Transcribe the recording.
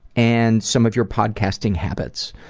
and some of your podcasting habits.